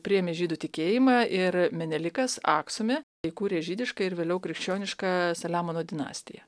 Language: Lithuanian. priėmė žydų tikėjimą ir menelikas aksume įkūrė žydišką ir vėliau krikščionišką saliamono dinastiją